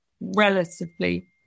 relatively